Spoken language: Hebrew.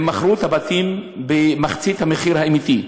הם מכרו את הבתים במחצית המחיר האמיתי,